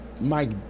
Mike